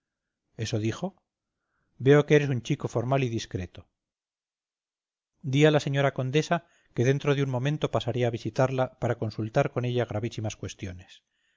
eso dijo veo que eres un chico formal y discreto di a la señora condesa que dentro de un momento pasaré a visitarla para consultar con ella gravísimas cuestiones